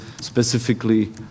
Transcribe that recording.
specifically